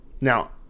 Now